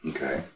Okay